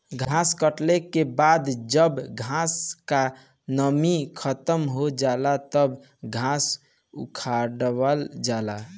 घास कटले के बाद जब घास क नमी खतम हो जाला तब घास उठावल जाला